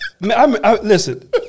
listen